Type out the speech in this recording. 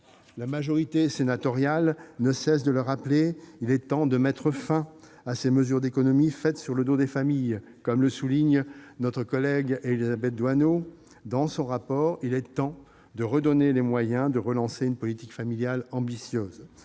La majorité sénatoriale ne cesse de le rappeler : il est temps de mettre fin à ces mesures d'économies faites sur le dos des familles. Comme le souligne notre collègue Élisabeth Doineau dans son rapport, il est temps de reconstruire les moyens de relancer une politique familiale ambitieuse.